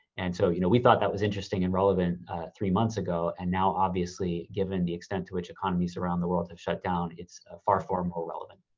and so, you know we thought that was interesting and relevant three months ago. and now obviously given the extent to which economies around the world have shut down, it's far, far more relevant.